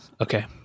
Okay